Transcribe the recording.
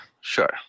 sure